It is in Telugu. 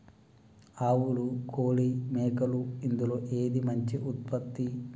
ఆవులు కోడి మేకలు ఇందులో ఏది మంచి ఉత్పత్తి?